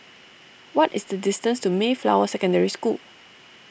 what is the distance to Mayflower Secondary School